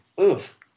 Oof